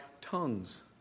tongues